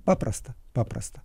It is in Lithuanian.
paprasta paprasta